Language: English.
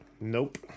Nope